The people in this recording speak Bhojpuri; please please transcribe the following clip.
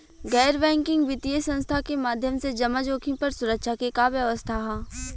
गैर बैंकिंग वित्तीय संस्था के माध्यम से जमा जोखिम पर सुरक्षा के का व्यवस्था ह?